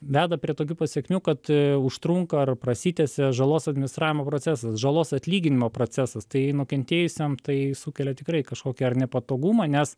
veda prie tokių pasekmių kad užtrunka ar prasitęsia žalos administravimo procesas žalos atlyginimo procesas tai nukentėjusiam tai sukelia tikrai kažkokį ar nepatogumą nes